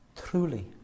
truly